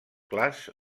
clars